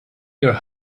your